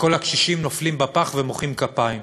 וכל הקשישים נופלים בפח ומוחאים כפיים.